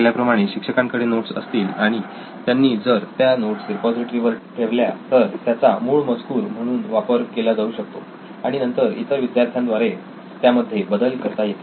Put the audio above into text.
अन्यथा जर शिक्षकांकडून नोट्स उपलब्ध नसतील तर प्रशासकीय विद्यार्थी संघ हा निर्णय घेईल की वर्गातील विद्यार्थ्यांपैकी कोणत्या विद्यार्थ्याच्या नोट्स सगळ्यात चांगल्या आहेत आणि त्याचा मूळ पाया किंवा मूळ मजकूर म्हणून वापर केला जाऊ शकतो आणि नंतर इतर विद्यार्थ्यांद्वारे त्यामध्ये बदल करता येतील